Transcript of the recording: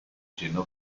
gino